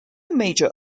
major